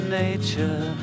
nature